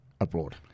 abroad